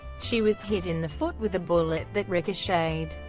she was hit in the foot with a bullet that ricocheted.